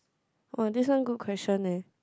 [wah] this one good question leh